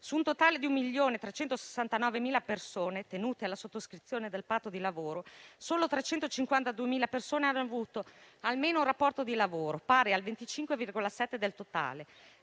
su un totale di 1.369.000 persone tenute alla sottoscrizione del patto di lavoro, solo 352.000 persone hanno avuto almeno un rapporto di lavoro, pari al 25,7 per cento